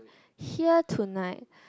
here tonight